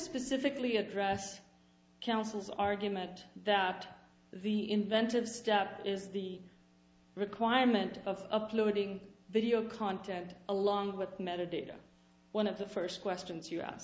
specifically address councils argument that the inventive step is the requirement of uploading video content along with metadata one of the first questions you